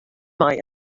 mei